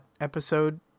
episode